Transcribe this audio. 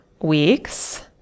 weeks